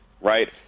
right